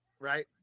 right